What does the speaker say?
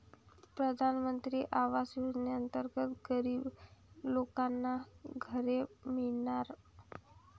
प्रधानमंत्री आवास योजनेअंतर्गत गरीब लोकांना घरे मिळणार